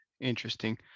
interesting